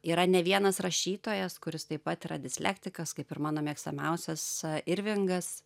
yra ne vienas rašytojas kuris taip pat yra dislektikas kaip ir mano mėgstamiausias irvingas